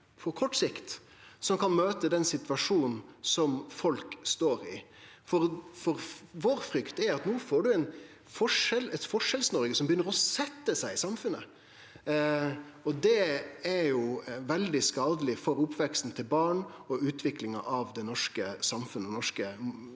som kan møte den situasjonen som folk står i? Vår frykt er at ein får eit Forskjells-Noreg som begynner å setje seg i samfunnet, og det er veldig skadeleg for oppveksten til barn og utviklinga av det norske samfunnet